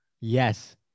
Yes